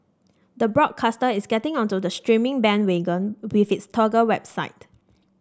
the broadcaster is getting onto the streaming bandwagon with its Toggle website